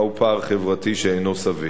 מהו פער חברתי שאינו סביר.